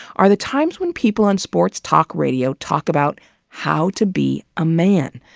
are the times when people on sports talk radio talk about how to be a man.